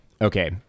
Okay